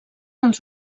els